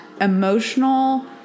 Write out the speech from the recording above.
emotional